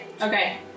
Okay